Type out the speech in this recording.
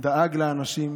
דאג לאנשים,